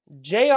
JR